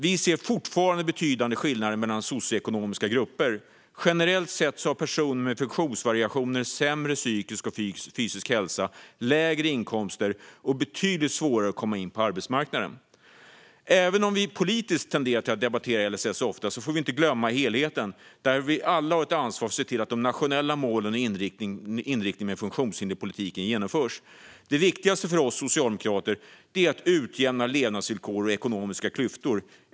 Vi ser fortfarande betydande skillnader mellan socioekonomiska grupper. Generellt sett har personer med funktionsvariationer sämre psykisk och fysisk hälsa, lägre inkomster och betydligt svårare att komma in på arbetsmarknaden. Även om vi politiskt tenderar att debattera LSS ofta får vi inte glömma helheten. Där har vi alla ett ansvar att se till att de nationella målen och inriktningen för funktionshinderspolitiken genomförs. Det viktigaste för oss socialdemokrater är att utjämna levnadsvillkor och ekonomiska klyftor.